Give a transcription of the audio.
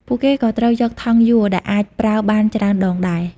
ពួកគេក៏ត្រូវយកថង់យួរដែលអាចប្រើបានច្រើនដងដែរ។